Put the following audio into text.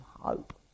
hope